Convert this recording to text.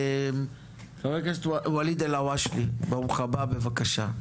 חבר הכנסת ואליד אלהואשלה, בבקשה.